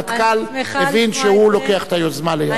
המטכ"ל הבין שהוא לוקח את היוזמה לידיו.